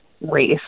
race